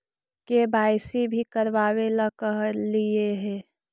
KYC भी करवावेला कहलिये हे?